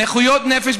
נכויות נפש,